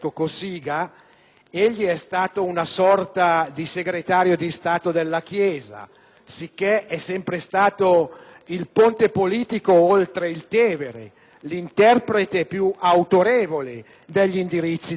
egli è stato una sorta di Segretario di Stato della Chiesa, poiché è sempre stato il ponte politico oltre il Tevere, l'interprete più autorevole degli indirizzi del Vaticano.